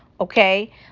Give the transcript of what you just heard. okay